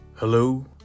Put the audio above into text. hello